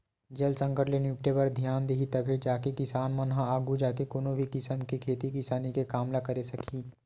जल संकट ले निपटे बर धियान दिही तभे जाके किसान मन ह आघू जाके कोनो भी किसम के खेती किसानी के काम ल करे सकही